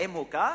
האם הוא כך?